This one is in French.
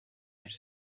elle